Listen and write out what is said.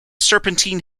serpentine